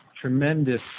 tremendous